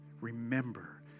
Remember